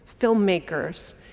filmmakers